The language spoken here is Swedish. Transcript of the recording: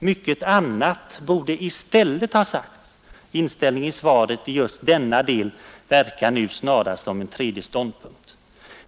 Mycket annat borde i stället ha sagts; inställningen i svaret i denna del verkar nu snarast som en tredje ståndpunkt.